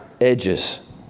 edges